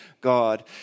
God